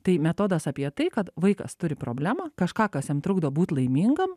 tai metodas apie tai kad vaikas turi problemą kažką kas jam trukdo būt laimingam